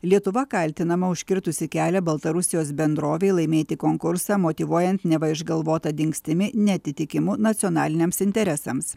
lietuva kaltinama užkirtusi kelią baltarusijos bendrovei laimėti konkursą motyvuojant neva išgalvota dingstimi neatitikimu nacionaliniams interesams